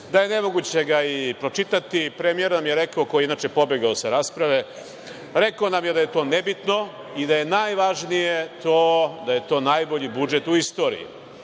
da je nemoguće ga pročitati. Premijer nam je rekao, koji je inače pobegao sa rasprave, da je to nebitno i da je najvažnije da je to najbolji budžet u istoriji.